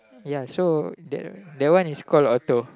ya so that that one is called auto